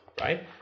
right